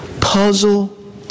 puzzle